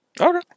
Okay